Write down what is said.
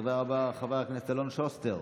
הדובר הבא, חבר הכנסת אלון שוסטר,